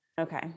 okay